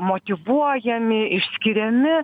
motyvuojami išskiriami